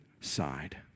side